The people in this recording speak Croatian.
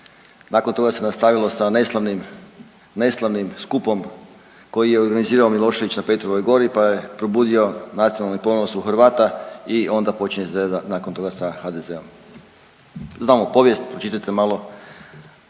Nakon toga se nastavilo sa neslavnim skupom koji organizirao Milošević na Petrovoj gori, pa je probudio nacionalni ponos u Hrvata i onda počinje izgleda nakon toga sa HDZ-om. Znamo povijest, pročitajte malo.